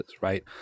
right